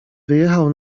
wyjechał